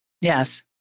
Yes